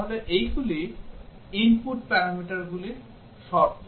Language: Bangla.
তাহলে এইগুলি input প্যারামিটারগুলির শর্ত